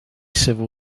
civil